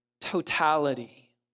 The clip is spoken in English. totality